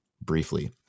briefly